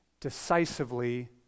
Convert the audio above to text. decisively